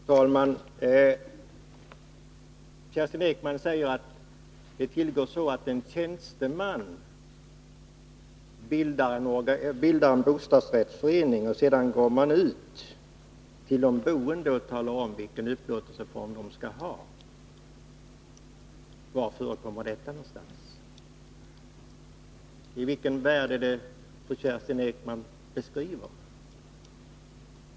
Fru talman! Kerstin Ekman säger att det tillgår så att en tjänsteman bildar en bostadsrättsförening, och sedan går man ut till de boende och talar om vilken upplåtelseform de skall ha. Var förekommer detta någonstans? Vilken värld är det fru Kerstin Ekman beskriver?